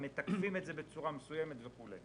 כי מתקפים את זה בצורה מסוימת וכו'.